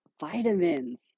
vitamins